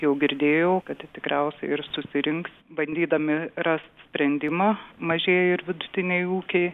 jau girdėjau kad tikriausiai ir susirinks bandydami rast sprendimą mažėji ir vidutiniai ūkiai